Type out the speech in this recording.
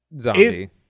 zombie